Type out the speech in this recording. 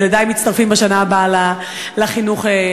ילדי מצטרפים בשנה הבאה לטרום-חובה.